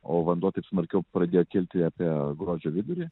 o vanduo taip smarkiau pradėjo kilti apie gruodžio vidurį